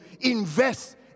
invest